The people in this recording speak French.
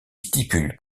stipule